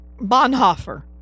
Bonhoeffer